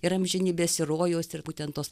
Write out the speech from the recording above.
ir amžinybės ir rojaus ir būtent tos